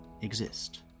exist